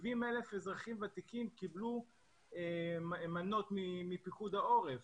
70,000 אזרחים ותיקים קיבלו מנות מפיקוד העורף.